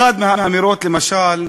אחת מהאמירות, למשל,